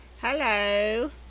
hello